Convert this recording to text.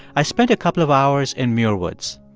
i spent a couple of hours in muir woods.